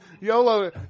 YOLO